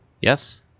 Yes